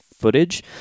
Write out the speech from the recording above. footage